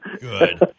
Good